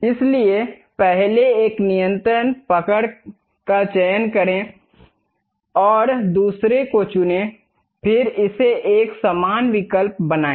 इसलिए पहले एक नियंत्रण पकड़ का चयन करें और दूसरे को चुनें फिर इसे एक समान विकल्प बनाएं